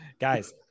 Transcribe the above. guys